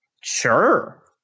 Sure